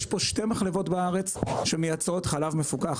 יש שתי מחלבות בארץ שמייצרות חלב מפוקח.